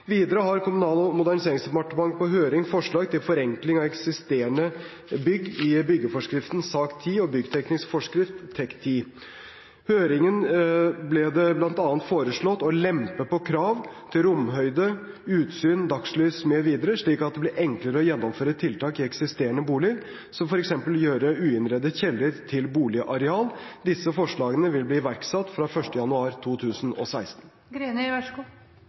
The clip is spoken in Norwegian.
Videre har Kommunal- og moderniseringsdepartementet på høring forslag til forenkling av eksisterende bygg i byggeforskriften, SAK10, og byggteknisk forskrift, TEK10. I høringen ble det bl.a. foreslått å lempe på krav til romhøyde, utsyn, dagslys, mv., slik at det blir enklere å gjennomføre tiltak i eksisterende bolig, som f.eks. å gjøre uinnredet kjeller om til boligareal. Disse forslagene vil bli iverksatt fra 1. januar